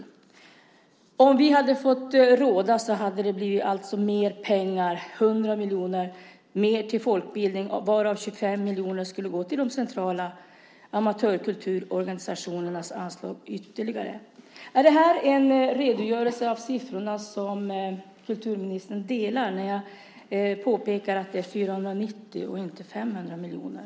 Om vi hade fått råda hade det alltså blivit mer pengar, 100 miljoner mer till folkbildning, varav 25 miljoner skulle gå till de centrala amatörkulturorganisationernas anslag. Delar kulturministern min redogörelse av siffrorna, när jag påpekar att det är 490 och inte 500 miljoner?